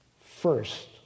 first